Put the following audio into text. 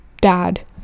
dad